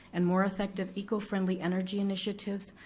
and more effective eco-friendly energy initiatives,